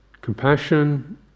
Compassion